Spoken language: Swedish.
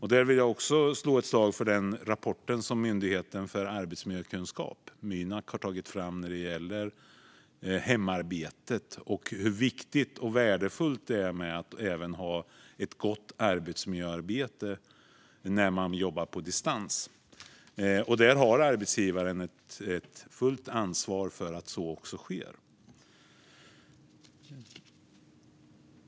Här vill jag slå ett slag för den rapport som Myndigheten för arbetsmiljökunskap, Mynak, har tagit fram när det gäller hemarbete och hur viktigt och värdefullt det är att ha ett gott arbetsmiljöarbete även för dem som jobbar på distans. Arbetsgivaren har det fulla ansvaret för att så sker.